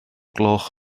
gloch